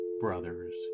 brothers